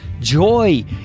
joy